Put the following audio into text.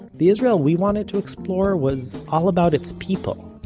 the israel we wanted to explore was all about its people.